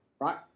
right